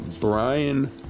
Brian